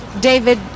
David